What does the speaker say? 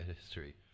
history